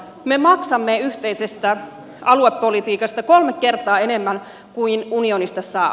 me maksamme yhteisestä aluepolitiikasta kolme kertaa enemmän kuin mitä unionista saa